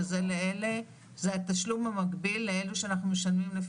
שזה התשלום המקביל לאלה שאנחנו משלמים להם